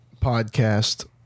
podcast